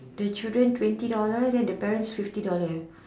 the children twenty dollar then the parents fifty dollar